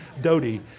Dodie